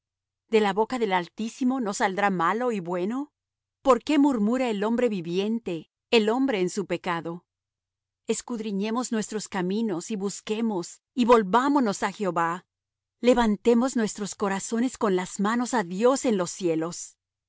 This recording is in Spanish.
de la boca del altísimo no saldrá malo y bueno por qué murmura el hombre viviente el hombre en su pecado escudriñemos nuestros caminos y busquemos y volvámonos a jehová levantemos nuestros corazones con las manos a dios en los cielos nosotros nos